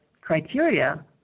criteria